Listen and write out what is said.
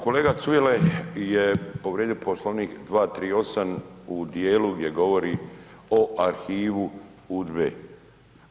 Kolega Cujel je povrijedio Poslovnik 238. u dijelu gdje govori o arhivu UDBA-e.